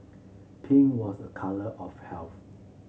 pink was a colour of health